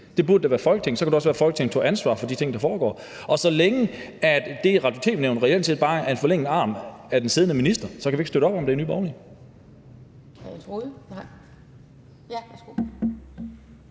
Det burde da være Folketinget. Så kunne det også være, at Folketinget tog ansvar for de ting, der foregår. Og så længe det Radio- og tv-nævn reelt set bare er en forlænget arm af den siddende minister, så kan vi ikke støtte op om det i Nye Borgerlige.